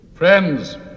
Friends